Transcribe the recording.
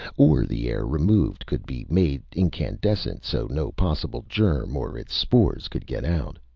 or the air removed could be made incandescent so no possible germ or its spores could get out.